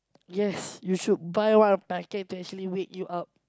yes you should buy one packet to actually wake you up